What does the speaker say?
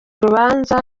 urubanza